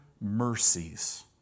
mercies